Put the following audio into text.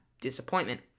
disappointment